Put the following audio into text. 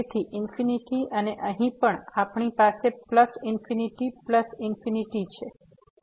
તેથી ઇન્ફીનીટી અને અહીં પણ આપણી પાસે પ્લસ ઇન્ફીનીટી પ્લસ ઇન્ફીનીટી છે